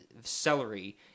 celery